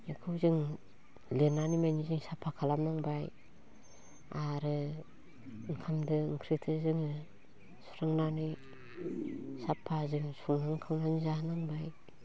बेखौ जों लिरनानै मानि जों साफा खालामनांबाय आरो ओंखामदो ओंख्रिदो जोङो सुस्रांनानै साफा जों संनानै खावनानै जाहो नांबाय